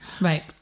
Right